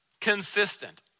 consistent